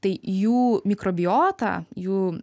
tai jų mikrobiotą jų